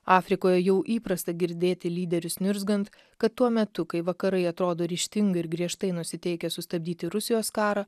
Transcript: afrikoje jau įprasta girdėti lyderius niurzgant kad tuo metu kai vakarai atrodo ryžtingai ir griežtai nusiteikę sustabdyti rusijos karą